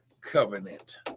covenant